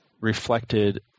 reflected